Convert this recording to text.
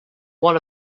one